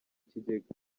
kigega